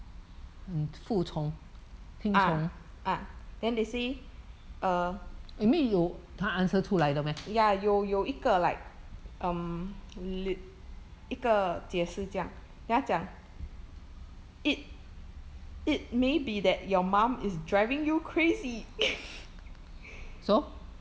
ah ah then they say err ya 有有一个 like um 一个解释这样 then 它讲 it it may be that your mom is driving you crazy